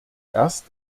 erst